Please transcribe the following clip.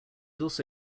also